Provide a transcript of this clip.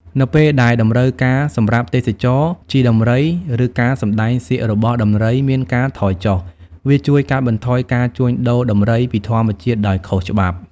នៅពេលដែលតម្រូវការសម្រាប់ទេសចរណ៍ ជិះដំរី ឬការសម្តែងសៀករបស់ដំរីមានការថយចុះ វាជួយកាត់បន្ថយការជួញដូរដំរីពីធម្មជាតិដោយខុសច្បាប់។